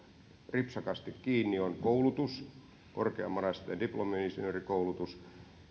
ripsakasti kiinni on koulutus korkeamman asteen diplomi insinöörikoulutus